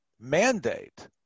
mandate